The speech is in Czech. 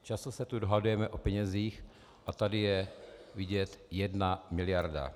Často se tu dohadujeme o penězích a tady je vidět jedna miliarda.